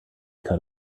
cut